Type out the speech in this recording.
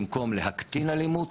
במקום להקטין אלימות,